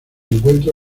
encuentra